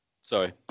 Sorry